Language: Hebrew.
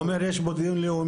הסיפור כאן הוא לא הומניטרי.